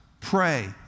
pray